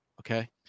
Okay